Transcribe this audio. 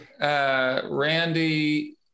Randy